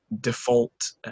default